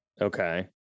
Okay